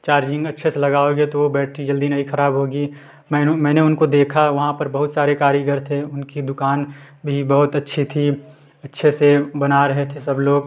charging अच्छे से लगाओगे तो वह बैटरी जल्दी नहीं ख़राब होगी मैंने मैंने उनको देखा वहाँ पर बहुत सारे कारीगर थे उनकी दुकान भी बहुत अच्छी थी अच्छे से बना रहे थे सब लोग